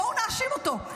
בואו נאשים אותו.